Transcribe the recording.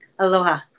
Aloha